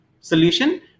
solution